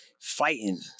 fighting